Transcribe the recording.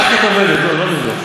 לא מביך.